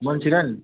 Manchurian